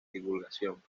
divulgación